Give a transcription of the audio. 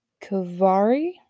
Kavari